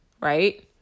right